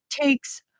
takes